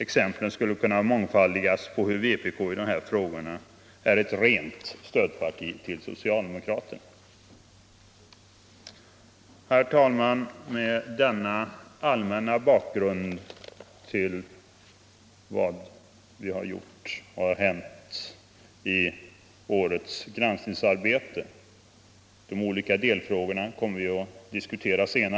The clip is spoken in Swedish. Exemplen skulle kunna mångfaldigas på hur vpk i de här frågorna är ett rent stödparti till socialdemokraterna.